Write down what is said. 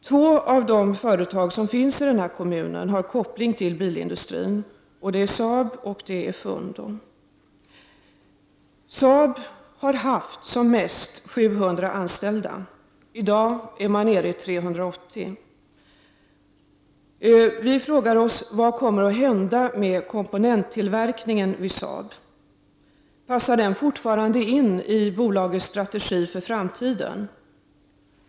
Två av de företag som finns i kommunen har koppling till bilindustrin, Saab och Fundo. Saab har haft som mest 700 anställda. I dag är man nere i 380. Vad kommer att hända med komponenttillverkningen vid Saab? Passar den fortfarande in i bolagets strategi i framtiden?